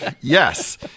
Yes